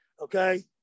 Okay